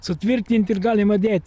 sutvirtint ir galima dėt